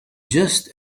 just